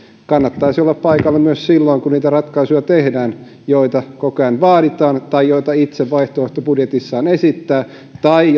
kannattaisi olla paikalla myös silloin kun tehdään niitä ratkaisuja joita koko ajan vaaditaan tai joita oppositiopuolue itse vaihtoehtobudjetissaan esittää tai